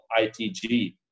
ITG